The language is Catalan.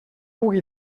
pugui